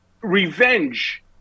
Revenge